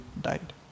died